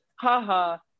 ha-ha